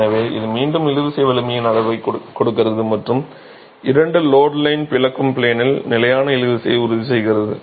எனவே இது மீண்டும் இழுவிசை வலிமையின் அளவைக் கொடுக்கிறது மற்றும் இரண்டு லோட் லைன் பிளக்கும் ப்ளேனில் நிலையான இழுவிசையை உறுதி செய்கிறது